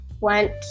went